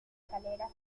escaleras